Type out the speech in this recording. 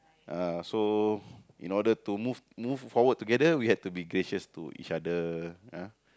uh so in order to move move forward together we have to be gracious to each other ah